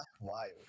wild